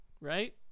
right